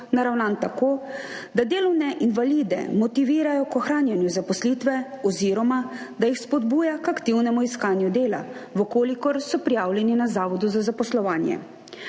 naravnan tako, da delovne invalide motivira k ohranjanju zaposlitve oziroma da jih spodbuja k aktivnemu iskanju dela, v kolikor so prijavljeni na Zavodu za zaposlovanje.